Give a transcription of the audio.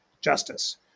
justice